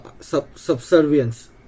subservience